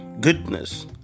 goodness